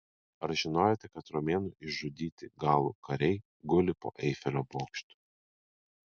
ar žinojote kad romėnų išžudyti galų kariai guli po eifelio bokštu